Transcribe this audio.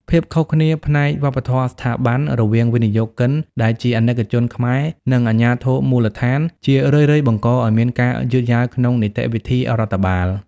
ភាពខុសគ្នាផ្នែក "វប្បធម៌ស្ថាប័ន" រវាងវិនិយោគិនដែលជាអាណិកជនខ្មែរ និងអាជ្ញាធរមូលដ្ឋាន ជារឿយៗបង្កឱ្យមានការយឺតយ៉ាវក្នុងនីតិវិធីរដ្ឋបាល។